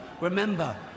Remember